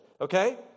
Okay